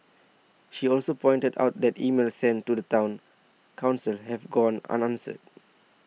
she also pointed out that emails sent to the Town Council have gone unanswered